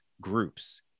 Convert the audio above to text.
groups